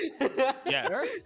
Yes